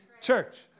church